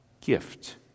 gift